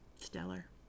Stellar